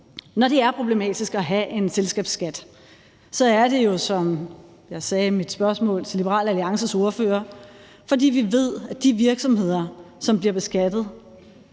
Når det er problematisk at have en selskabsskat, er det jo, som jeg sagde i mit spørgsmål til Liberal Alliances ordfører, fordi vi ved, at de penge, som virksomhederne bliver beskattet